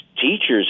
teachers